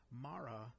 Mara